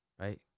right